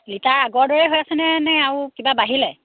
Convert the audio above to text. litre আগৰ দৰে হৈ আছেনে নে আৰু কিবা বাঢ়িলে